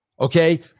Okay